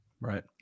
Right